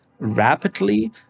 rapidly